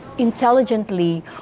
intelligently